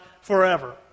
forever